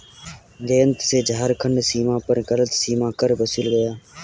जयंत से झारखंड सीमा पर गलत सीमा कर वसूला गया